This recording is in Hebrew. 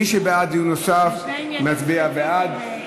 מי שבעד דיון נוסף, מצביע בעד.